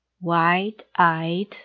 wide-eyed